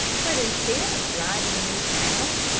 but instead of driving me out,